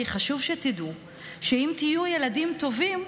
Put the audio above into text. כי חשוב שתדעו שאם תהיו ילדים טובים,